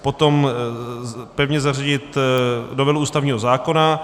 Potom pevně zařadit novelu ústavního zákona.